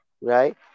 right